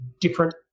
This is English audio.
different